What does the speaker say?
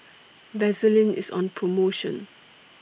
Vaselin IS on promotion